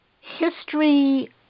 history